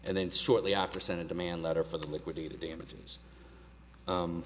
and then shortly after senate demand letter for the liquidated damages